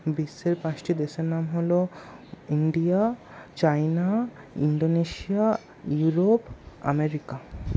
বিশ্বের পাঁচটি দেশের নাম হল India China Indonesia Europe America